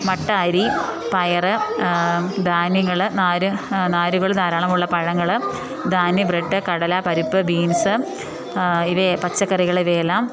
മട്ട അരി പയർ ധാന്യങ്ങൾ നാര് നാരുകൾ ധാരാളമുള്ള പഴങ്ങൾ ധാന്യ ബ്രെഡ് കടല പരിപ്പ് ബീൻസ് ഇവയ പച്ചക്കറികൾ ഇവയെല്ലാം